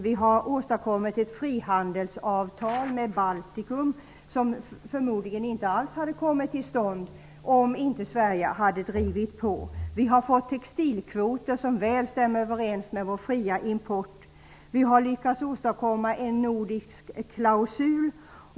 Vi har åstadkommit ett frihandelsavtal med Baltikum som förmodligen inte alls hade kommit till stånd om inte Sverige hade drivit på. Vi har fått textilkvoter som väl stämmer överens med vår fria import. Vi har lyckats åstadkomma en nordisk klausul.